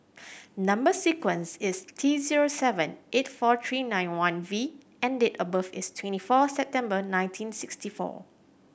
number sequence is T zero seven eight four three nine one V and date of birth is twenty four September nineteen sixty four